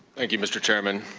thank you, mr. chairman.